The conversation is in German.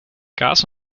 gas